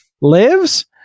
lives